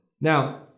Now